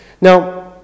Now